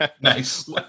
nice